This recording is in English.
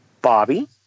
Bobby